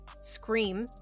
scream